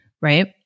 right